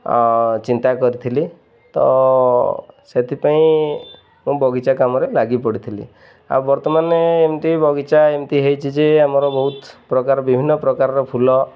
ଚିନ୍ତା କରିଥିଲି ତ ସେଥିପାଇଁ ମୁଁ ବଗିଚା କାମରେ ଲାଗି ପଡ଼ିଥିଲି ଆଉ ବର୍ତ୍ତମାନେ ଏମିତି ବଗିଚା ଏମିତି ହେଇଛି ଯେ ଆମର ବହୁତ ପ୍ରକାର ବିଭିନ୍ନ ପ୍ରକାରର ଫୁଲ